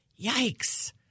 yikes